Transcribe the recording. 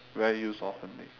very used oftenly